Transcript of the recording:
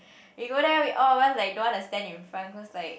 we go there we all of us don't wanna stand in front cause like